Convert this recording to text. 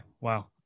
Wow